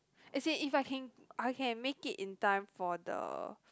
let say if I can I can make it in time for the